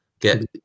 Get